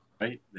Right